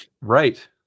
right